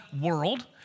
world